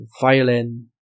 violin